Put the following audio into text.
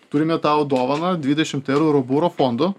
turime tau dovaną dvidešimt eurų roburo fondų